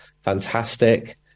fantastic